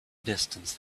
distance